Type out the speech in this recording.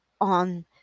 on